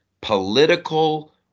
political